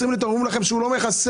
אומרים להם שהוא לא מכסה,